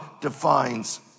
defines